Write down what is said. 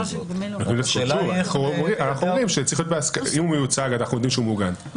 אם הוא מיוצג אנחנו יודעים שהוא מוגן,